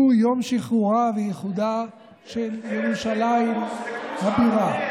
הוא יום שחרורה ואיחודה של ירושלים הבירה.